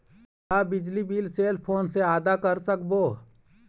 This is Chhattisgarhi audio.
का बिजली बिल सेल फोन से आदा कर सकबो?